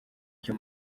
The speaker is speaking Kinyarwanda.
cyo